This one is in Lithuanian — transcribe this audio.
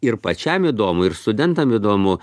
ir pačiam įdomu ir studentam įdomu